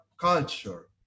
culture